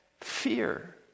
fear